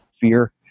fear